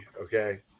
Okay